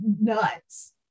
nuts